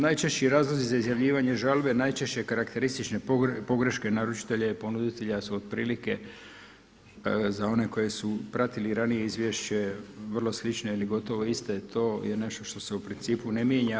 Najčešći razlozi za izjavljivanje žalbe najčešće karakteristične pogreške naručitelja i ponuditelja su otprilike za one koji su pratili ranije izvješće vrlo slične ili gotovo iste to je nešto što se u principu ne mijenja.